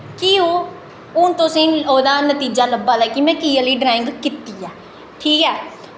कि ओह् हून तुसेंगी ओह्दा नतीज़ा लब्भा दा कि में एह् आह्ली ड्राईंग कीती ऐ ठीक ऐ